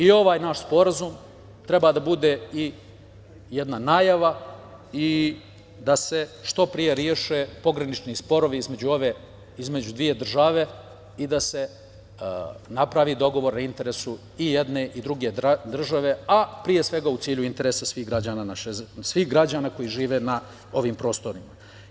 Ovaj naš Sporazum treba da bude i jedna najava i da se što pre reše pogranični sporovi između dve države i da se napravi dogovor u interesu i jedne i druge države, a pre svega u cilju interesa svih građana koji žive na ovim prostorima.